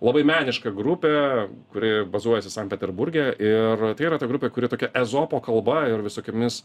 labai meniška grupė kuri bazuojasi sankt peterburge ir tai yra ta grupė kuri tokia ezopo kalba ir visokiomis